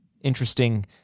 Interesting